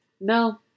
No